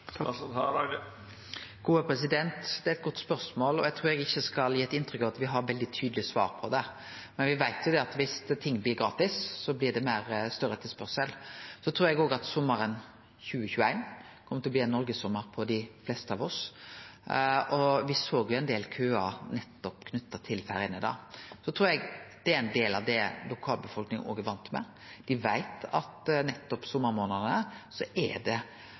Det er eit godt spørsmål. Eg trur ikkje eg skal gi eit inntrykk av at me har veldig tydelege svar på det, men me veit jo at viss ting blir gratis, blir det større etterspurnad. Eg trur òg at sommaren 2021 kjem til å bli ein Noreg-sommar for dei fleste av oss. Me såg ein del køar nettopp knytt til ferjene. Eg trur det er ein del av det lokalbefolkninga er van med. Dei veit at nettopp i sommarmånadane er det